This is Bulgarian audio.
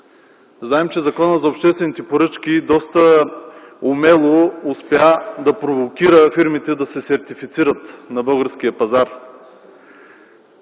Знаем, че Законът за обществените поръчки доста умело успя да провокира фирмите да се сертифицират на българския пазар.